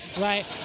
right